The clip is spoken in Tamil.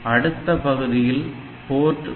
அடுத்த பகுதியில் போர்ட் 1